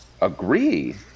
Agree